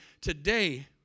today